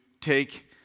take